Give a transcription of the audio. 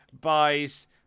buys